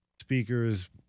speakers